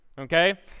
okay